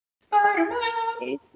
Spider-Man